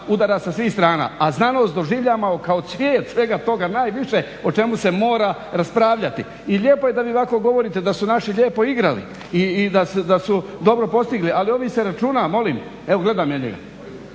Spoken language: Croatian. udara sa svih strana, a znanost doživljavamo kao cvijet svega toga najviše o čemu se mora raspravljati. I lijepo je da vi ovako govorite da su naši lijepo igrali i da su dobro postigli. Ali ovdje se računa, molim evo gledam ja njega.